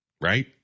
Right